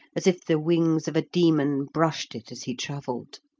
as if the wings of a demon brushed it as he travelled.